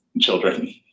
children